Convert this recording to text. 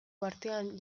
uhartean